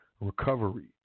recovery